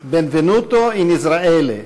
Benvenuto a Gerusalemme, Benvenuto in Israele,